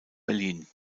berlin